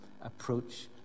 approach